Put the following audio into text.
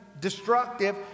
destructive